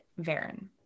Varen